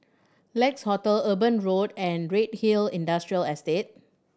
Lex Hotel Eben Road and Redhill Industrial Estate